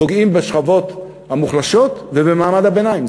פוגעים בשכבות המוחלשות ובמעמד הביניים,